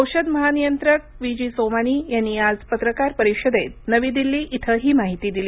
औषध महानियंत्रक V G Somani यांनी आज पत्रकार परिषदेत नवी दिल्ली इथं ही माहिती दिली